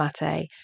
Mate